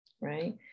right